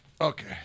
Okay